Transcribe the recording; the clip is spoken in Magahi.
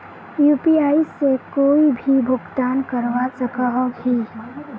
यु.पी.आई से कोई भी भुगतान करवा सकोहो ही?